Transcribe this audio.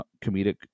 comedic